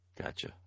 Gotcha